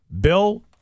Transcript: bill